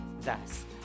Thus